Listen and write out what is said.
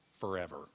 forever